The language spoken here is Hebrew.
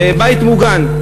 בבית מוגן.